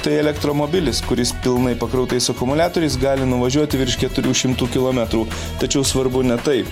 tai elektromobilis kuris pilnai pakrautais akumuliatoriais gali nuvažiuoti virš keturių šimtų kilometrų tačiau svarbu ne tai